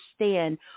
understand